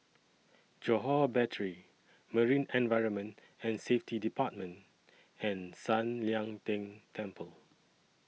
Johore Battery Marine Environment and Safety department and San Lian Deng Temple